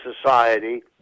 society